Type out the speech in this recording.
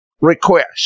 request